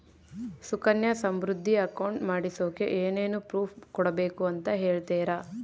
Sukanya Samriddhi account ಮಾಡಿಸೋಕೆ ಏನೇನು proof ಕೊಡಬೇಕು ಅಂತ ಹೇಳ್ತೇರಾ?